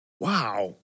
Wow